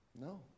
No